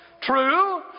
True